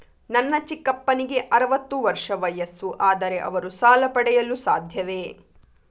ನನ್ನ ಚಿಕ್ಕಪ್ಪನಿಗೆ ಅರವತ್ತು ವರ್ಷ ವಯಸ್ಸು, ಆದರೆ ಅವರು ಸಾಲ ಪಡೆಯಲು ಸಾಧ್ಯವೇ?